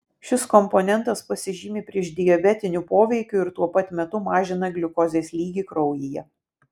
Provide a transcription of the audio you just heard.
šis komponentas pasižymi priešdiabetiniu poveikiu ir tuo pat metu mažina gliukozės lygį kraujyje